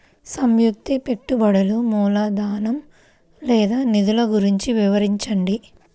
సంయుక్త పెట్టుబడులు మూలధనం లేదా నిధులు గురించి వివరించండి?